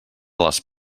les